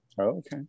okay